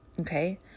okay